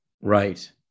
Right